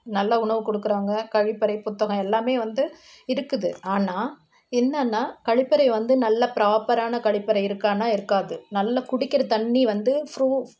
நல்ல உணவு கொடுக்கறாங்க கழிப்பறை புத்தகம் எல்லாமே வந்து இருக்குது ஆனால் என்னன்னா கழிப்பறை வந்து நல்ல ப்ராப்பரான கழிப்பறை இருக்கான்னால் இருக்காது நல்ல குடிக்கிற தண்ணி வந்து ஃப்ரூஃப்